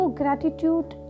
gratitude